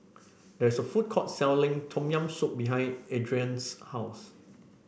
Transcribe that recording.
there is a food court selling Tom Yam Soup behind Adriene's house